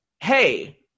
hey